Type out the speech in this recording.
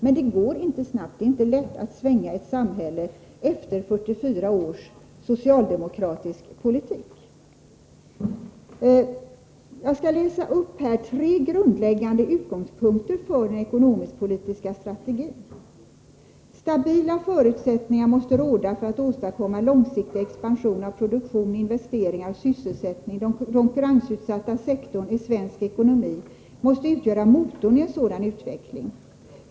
Men det går inte snabbt, det är inte lätt att ändra ett samhälle efter 44 års socialdemokratisk politik. Jag skall läsa upp tre grundläggande utgångspunkter för den ekonomiskpolitiska strategin. ”Stabila förutsättningar måste råda för att åstadkomma en långsiktig expansion, av produktion, investeringar och sysselsättning. Den konkurrensutsatta sektorn i svensk ekonomi ——— måste utgöra motorn i en sådan utveckling.